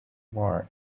war